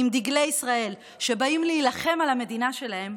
עם דגלי ישראל, שבאים להילחם על המדינה שלהם,